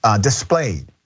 displayed